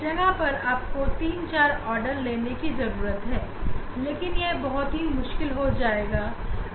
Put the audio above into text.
ऐसा करने के लिए आप को 3 4 ऑर्डर की आवश्यकता पड़ेगी लेकिन इन्हें नापना बहुत ही कठिन कार्य है